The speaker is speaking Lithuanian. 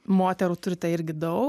moterų turite irgi daug